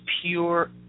pure